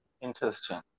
Interesting